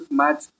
match